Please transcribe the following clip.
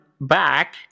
back